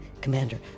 commander